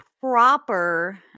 proper